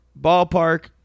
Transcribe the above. ballpark